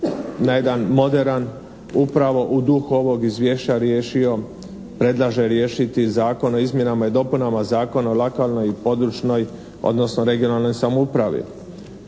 na jedan moderan upravo u duhu ovog izvješća riješio, predlaže riješiti Zakon o izmjenama i dopunama Zakona o lokalnoj i područnoj odnosno regionalnoj samoupravi.